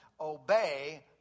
obey